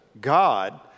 God